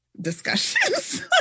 discussions